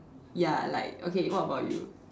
ya like okay what about you